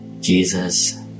Jesus